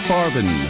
Farben